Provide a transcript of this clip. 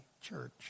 church